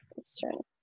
strength